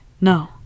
no